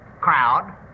crowd